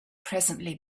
presently